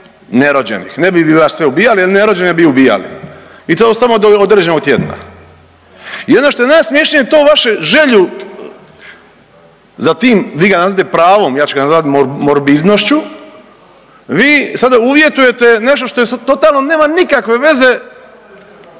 nerođenih, ne bi vi baš sve ubijali, ali nerođene bi ubijali i to samo do određenog tjedna. I ono što je najsmješnije to vaše, želju za tim vi ga nazivate pravom, ja ću ga nazvati morbidnošću vi sada uvjetujete nešto što totalno nema nikakve veze